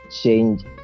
change